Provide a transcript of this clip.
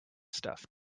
stuff